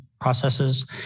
processes